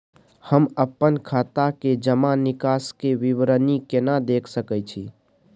हम अपन खाता के जमा निकास के विवरणी केना देख सकै छी?